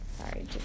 Sorry